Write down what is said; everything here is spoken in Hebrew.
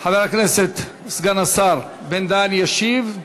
חבר הכנסת סגן השר בן-דהן ישיב,